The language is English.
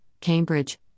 Cambridge